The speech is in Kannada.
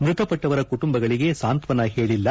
ಮೃತಪಟ್ಟವರ ಕುಟುಂಬಗಳಿಗೆ ಸಾಂತ್ವನ ಹೇಳಿಲ್ಲ